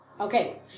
okay